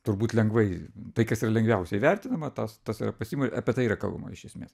turbūt lengvai tai kas yra lengviausia įvertinima tas tas yra pasiimama apie tai yra kalbama iš esmės